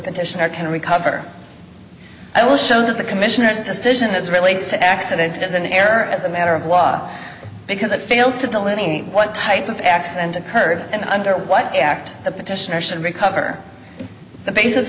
petitioner can recover i will show that the commissioner's decision as relates to accident is an error as a matter of law because it fails to delineate what type of accident occurred and under what act the petitioner should recover the basis